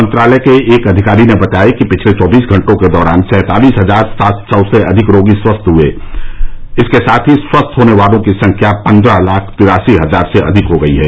मंत्रालय के एक अधिकारी ने बताया कि पिछले चौबीस घंटों के दौरान सैंतालीस हजार सात सौ से अधिक रोगी स्वस्थ हुए इसके साथ ही स्वस्थ होने वालों की संख्या पन्द्रह लाख तिरासी हजार से अधिक हो गई है